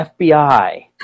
FBI